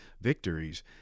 victories